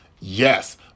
Yes